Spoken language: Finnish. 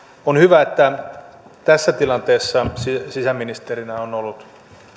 on hyvä että tässä tilanteessa sisäministerinä on ollut